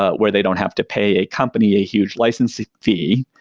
ah where they don't have to pay a company a huge licensing fee.